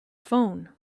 phone